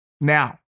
Now